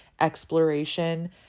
exploration